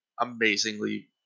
amazingly